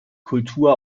kultur